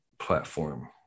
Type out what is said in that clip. platform